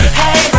hey